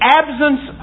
absence